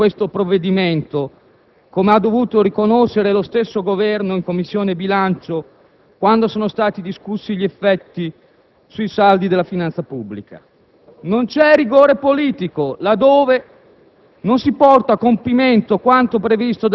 Infatti, non c'è rigore finanziario in questo provvedimento, come ha dovuto riconoscere lo stesso Governo in Commissione bilancio quando sono stati discussi gli effetti sui saldi di finanza pubblica, e non c'è rigore politico, laddove